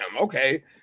okay